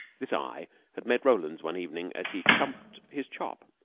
this eye had met roland's one evening, as he chumped his chop,